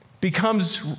becomes